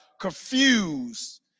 confused